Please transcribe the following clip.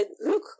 look